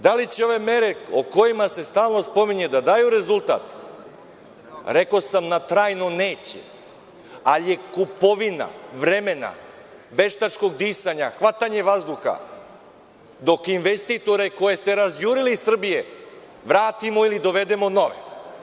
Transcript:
Da li će mere koje se stalno spominju da daju rezultat, rekao sam – na trajno neće, ali je kupovina vremena, veštačkog disanja, hvatanja vazduha dok investitore koje ste razjurili iz Srbije vratimo, ili dovedemo nove.